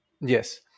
Yes